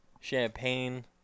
Champagne